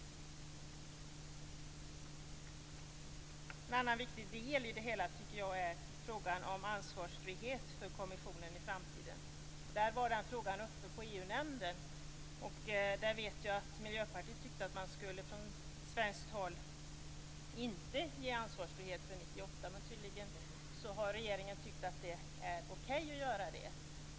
En annan viktig del i det hela tycker jag är frågan om ansvarsfrihet för kommissionen i framtiden. Den frågan har varit uppe i EU-nämnden. Jag vet att Miljöpartiet då tyckte att man från svenskt håll inte skulle ge ansvarsfrihet för 1998, men tydligen har regeringen tyckt att det är okej att göra det.